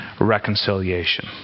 reconciliation